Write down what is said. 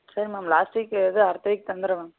சரி ma'am last week இல்லை அடுத்த வீக் தந்துடுறேன் மேம்